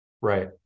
Right